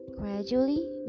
gradually